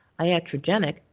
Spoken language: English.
iatrogenic